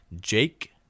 Jake